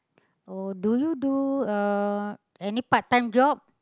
oh do you do uh any part time job